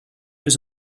was